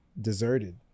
deserted